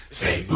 say